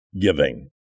giving